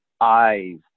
eyes